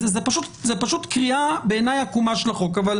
זו פשוט קריאה עקומה של החוק בעיני.